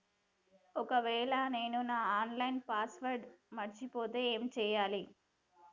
ఒకవేళ నేను నా ఆన్ లైన్ పాస్వర్డ్ మర్చిపోతే ఏం చేయాలే?